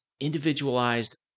individualized